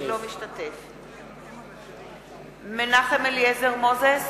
אינו משתתף בהצבעה מנחם אליעזר מוזס,